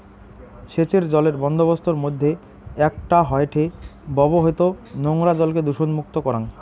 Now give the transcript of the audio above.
সেচের জলের বন্দোবস্তর মইধ্যে একটা হয়ঠে ব্যবহৃত নোংরা জলকে দূষণমুক্ত করাং